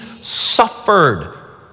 suffered